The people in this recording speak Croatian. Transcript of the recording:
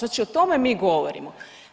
Znači o tome mi govorimo.